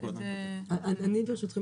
ברשותכם,